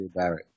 Barrett